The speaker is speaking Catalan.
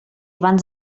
abans